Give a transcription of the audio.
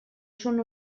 són